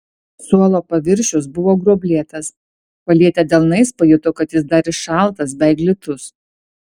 suolo paviršius buvo gruoblėtas palietę delnais pajuto kad jis dar ir šaltas bei glitus